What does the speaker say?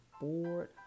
board